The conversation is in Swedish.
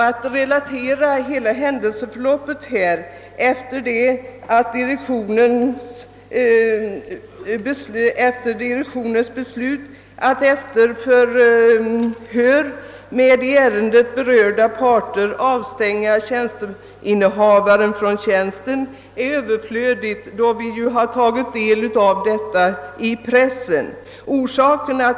Att relatera hela händelseförloppet efter direktionens beslut att efter förhör med i ärendet berörda parter avstänga tjänsteinnehavaren från tjänsten är överflödigt, då vi ju tagit del av händelserna i pressen.